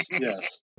yes